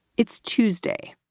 it's tuesday,